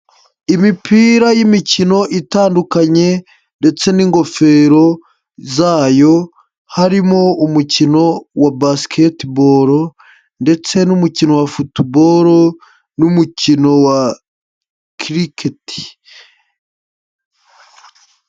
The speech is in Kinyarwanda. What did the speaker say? Imipira y'imikino itandukanye ndetse n'ingofero zayo, harimo umukino wa basiketi bolo ndetse n'umukino wa futu bolo n'umukino wa kiriketi.